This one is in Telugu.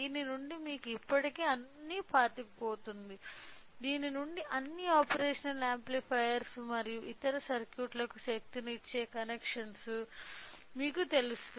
దీని నుండి మీకు ఇప్పటికే అన్ని పాతుకుపోయింది దీని నుండి అన్ని ఆపరేషనల్ యాంప్లిఫైయర్ మరియు ఇతర సర్క్యూట్లకు శక్తినిచ్చే కనెక్షన్లు మీకు తెలుసు